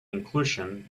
inclusion